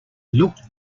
looked